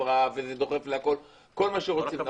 רעב וזה דוחף לכל מיני דברים וכולי כל מה שרוצים נכון.